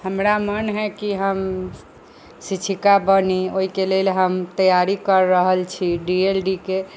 हमरा मन हइ कि हम शिक्षिका बनी ओहिके लेल हम तैआरी करि रहल छी डी एल डी के